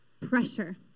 pressure